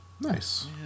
Nice